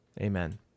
Amen